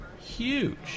Huge